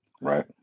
Right